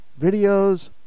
videos